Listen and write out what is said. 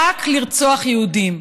רק לרצוח יהודים,